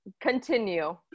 Continue